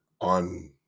on